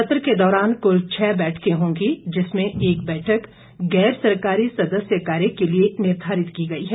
सत्र के दौरान कुल छः बैठकें होंगी जिसमें एक बैठक गैर सरकारी सदस्य कार्य के लिए निर्धारित की गई है